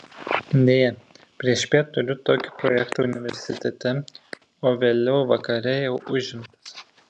deja priešpiet turiu tokį projektą universitete o vėliau vakare jau užimtas